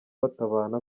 batabana